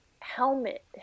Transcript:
helmet